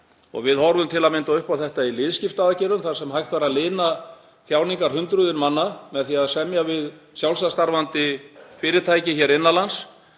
Við horfum til að mynda upp á þetta í liðskiptaaðgerðum þar sem hægt væri að lina þjáningar hundruða manna með því að semja við sjálfstætt starfandi fyrirtæki hér innan lands.